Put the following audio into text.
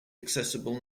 accessible